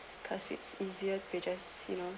cause it's easier figures you know